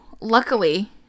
luckily